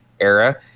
era